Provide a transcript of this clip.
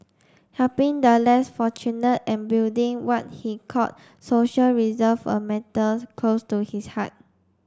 helping the less fortunate and building what he called social reserve were matters close to his heart